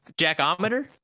Jackometer